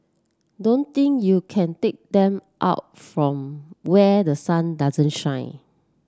don't think you can take them out from where the sun doesn't shine